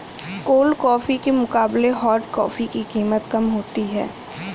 cold coffee के मुकाबले hot coffee की कीमत कम होती है